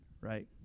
right